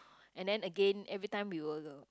and then again every time we were the